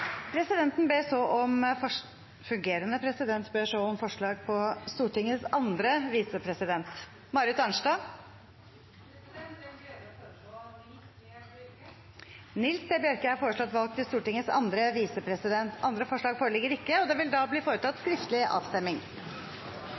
Fungerende president ber så om forslag på Stortingets andre visepresident . Jeg har den glede å foreslå Nils T. Bjørke . Nils T. Bjørke er foreslått valgt til Stortingets andre visepresident. – Andre forslag foreligger ikke. Det